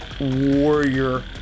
warrior